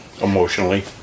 Emotionally